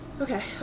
Okay